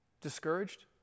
Discouraged